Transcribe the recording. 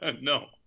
no